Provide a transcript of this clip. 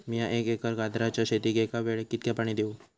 मीया एक एकर गाजराच्या शेतीक एका वेळेक कितक्या पाणी देव?